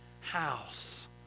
house